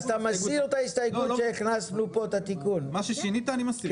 מה ששינית אני מסיר.